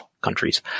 countries